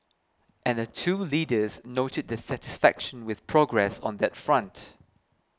and the two leaders noted their satisfaction with progress on that front